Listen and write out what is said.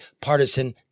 partisan